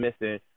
missing